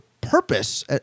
purpose